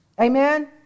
amen